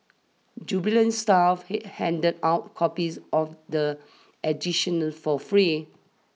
jubile staff handed out copies of the edition for free